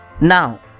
Now